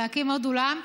להקים עוד אולם,